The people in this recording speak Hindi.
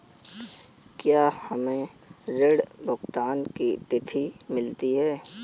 क्या हमें ऋण भुगतान की तिथि मिलती है?